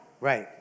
Right